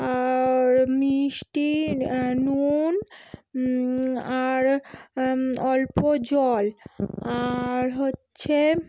আর মিষ্টি নুন আর অল্প জল আর হচ্ছে